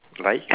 like